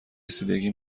رسیدگی